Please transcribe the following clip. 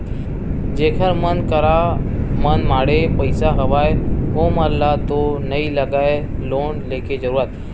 जेखर मन करा मनमाड़े पइसा हवय ओमन ल तो नइ लगय लोन लेके जरुरत